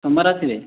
ସୋମବାର ଆସିବେ